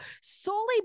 solely